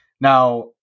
now